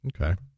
Okay